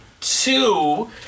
two